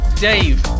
Dave